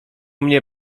mnie